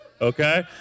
okay